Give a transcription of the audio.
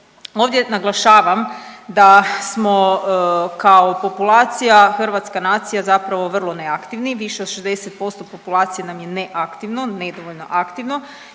Ovdje naglašavam da smo kao populacija, hrvatska nacija zapravo neaktivni. Više od 60% populacije nam je neaktivno, nedovoljno aktivno